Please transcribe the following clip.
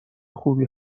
خوبی